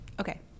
Okay